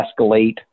escalate